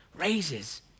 raises